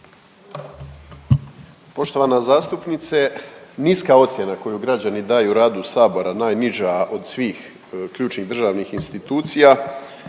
Poštovana zastupnice niska ocjena koju građani daju radu sabora, najniža od svih ključnih državnih institucija